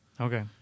okay